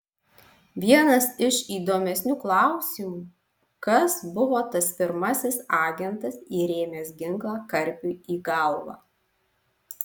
vienas iš įdomesnių klausimų kas buvo tas pirmasis agentas įrėmęs ginklą karpiui į galvą